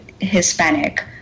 Hispanic